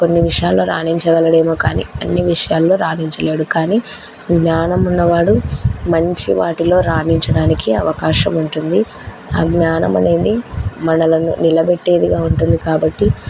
కొన్ని విషయాల్లో రాణించగలడమో కానీ అన్ని విషయాల్లో రాణించలేడు కానీ జ్ఞానం ఉన్నవాడు మంచి వాటిలో రాణించడానికి అవకాశం ఉంటుంది ఆ జ్ఞానం అనేది మనలను నిలబెట్టేదిగా ఉంటుంది కాబట్టి